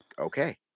okay